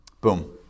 Boom